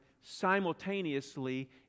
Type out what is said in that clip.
simultaneously